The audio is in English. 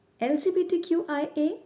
LGBTQIA